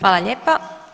Hvala lijepa.